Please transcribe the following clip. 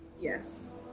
Yes